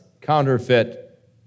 counterfeit